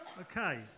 Okay